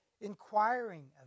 inquiring